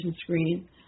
screen